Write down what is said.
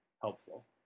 helpful